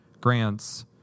grants